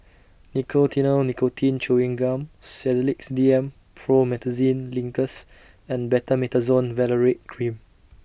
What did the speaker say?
Nicotinell Nicotine Chewing Gum Sedilix D M Promethazine Linctus and Betamethasone Valerate Cream